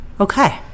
Okay